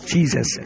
Jesus